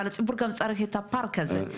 אבל הציבור גם צריך את הפארק הזה,